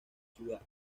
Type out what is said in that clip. ciudad